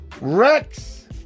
Rex